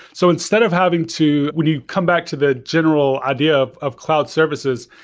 so instead of having to, when you come back to the general idea of of cloud services,